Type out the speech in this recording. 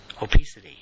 obesity